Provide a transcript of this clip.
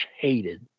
hated